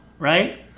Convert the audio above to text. Right